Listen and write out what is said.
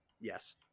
Yes